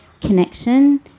connection